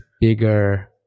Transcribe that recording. bigger